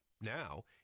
Now